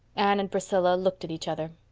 anne and priscilla looked at each other.